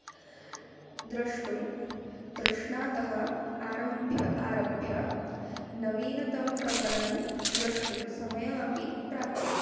द्रष्टुं तृष्णातः आरभ्य आरभ्य नवीनतमप्रकरणं द्रष्टुं समयम् अपि प्राप्य